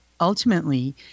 ultimately